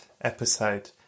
episode